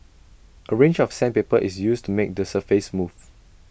A range of sandpaper is used to make the surface smooth